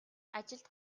ажилд